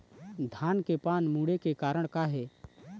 धान के पान मुड़े के कारण का हे?